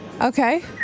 Okay